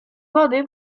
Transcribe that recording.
wody